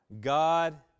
God